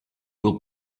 will